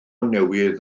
newydd